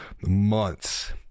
months